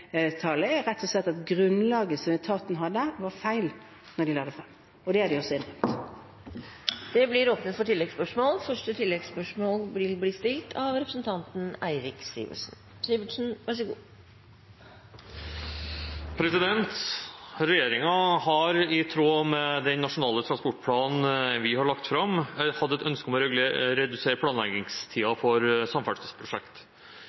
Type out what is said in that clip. er rett og slett at grunnlaget som etaten hadde, var feil da de la det fram, og det har de også innrømmet. Det åpnes for oppfølgingsspørsmål – først Eirik Sivertsen. Regjeringen har i tråd med den nasjonale transportplanen vi har lagt fram, hatt et ønske om å redusere